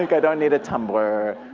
like i don't need a tumblr.